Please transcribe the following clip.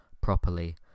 properly